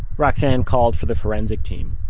roxane called for the forensic team.